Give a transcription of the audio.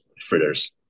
fritters